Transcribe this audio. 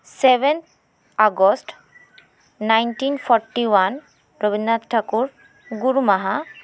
seven August nineteen forty one Rabindranath Thakur ᱜᱩᱨ ᱢᱟᱦᱟ